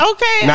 Okay